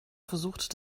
versucht